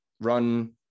run